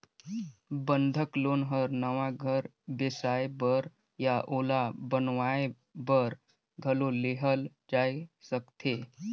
बंधक लोन हर नवा घर बेसाए बर या ओला बनावाये बर घलो लेहल जाय सकथे